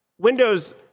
Windows